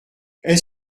est